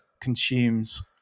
consumes